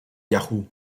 yahoo